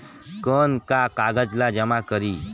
कौन का कागज ला जमा करी?